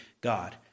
God